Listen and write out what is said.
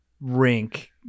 rink